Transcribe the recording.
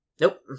Nope